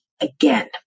again